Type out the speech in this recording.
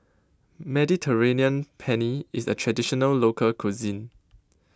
Mediterranean Penne IS A Traditional Local Cuisine